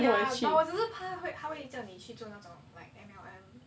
ya but 只是怕他会叫你去做那种 like M_L_M